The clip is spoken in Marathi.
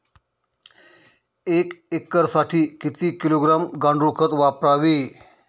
एक एकरसाठी किती किलोग्रॅम गांडूळ खत वापरावे?